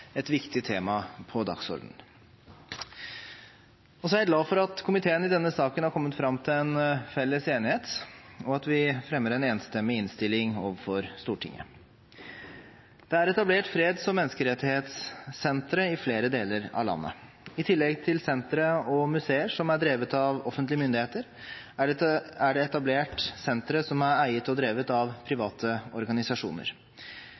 et viktig tema på dagsordenen. Så er jeg glad for at komiteen i denne saken har kommet fram til en felles enighet, og at vi fremmer en enstemmig innstilling overfor Stortinget. Det er etablert freds- og menneskerettighetssentre i flere deler av landet. I tillegg til sentre og museer som er drevet av offentlige myndigheter, er det etablert sentre som er eiet og drevet av private organisasjoner.